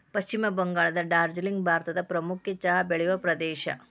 ಪಶ್ಚಿಮ ಬಂಗಾಳದ ಡಾರ್ಜಿಲಿಂಗ್ ಭಾರತದ ಪ್ರಮುಖ ಚಹಾ ಬೆಳೆಯುವ ಪ್ರದೇಶ